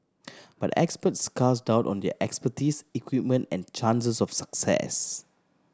but experts cast doubt on their expertise equipment and chances of success